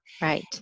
Right